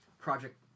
Project